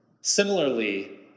Similarly